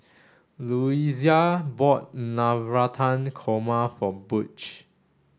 Luisa bought Navratan Korma for Butch